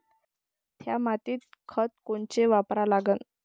थ्या मातीत खतं कोनचे वापरा लागन?